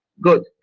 Good